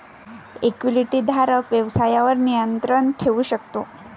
इक्विटीधारक व्यवसायावर नियंत्रण ठेवू शकतो